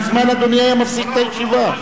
מזמן אדוני היה מפסיק את הישיבה.